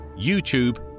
YouTube